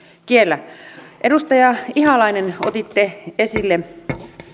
kiellä edustaja ihalainen otitte esille